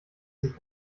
sich